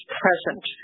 present